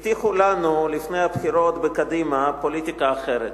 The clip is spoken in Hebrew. קדימה הבטיחה לנו לפני הבחירות פוליטיקה אחרת.